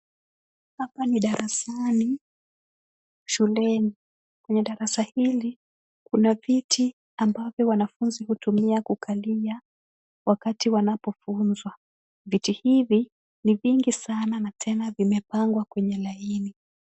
Hapa ni darasani shuleni. Kwenye darasa hili kuna viti ambavyo wanafunzi hutumia kukalia wakati wanapofunzwa. Viti hivi ni vingi sana na tena vimepangwa kwenye laini.